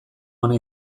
ona